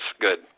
good